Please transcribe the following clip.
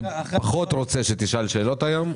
אני פחות רוצה שתשאל היום שאלות,